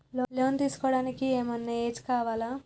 Loan తీస్కోవడానికి ఏం ఐనా ఏజ్ కావాలా?